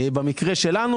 במקרה שלנו,